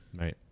Right